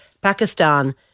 Pakistan